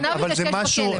בחוק.